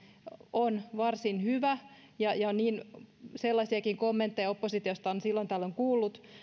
on varsin hyvä ja ja sellaisiakin kommentteja oppositiosta on silloin tällöin kuullut